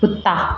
ਕੁੱਤਾ